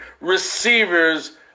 receivers